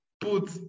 put